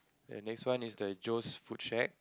the next one is the Joe's food shack